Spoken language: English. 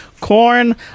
Corn